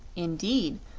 indeed,